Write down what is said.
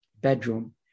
bedroom